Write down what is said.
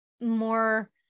more